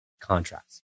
contracts